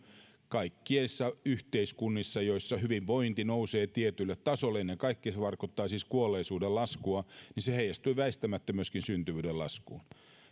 kaikissa yhteiskunnissa joissa hyvinvointi nousee tietylle tasolle ennen kaikkea se tarkoittaa siis kuolleisuuden laskua ja se heijastuu väistämättä myöskin syntyvyyden laskuun